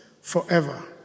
forever